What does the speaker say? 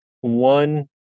One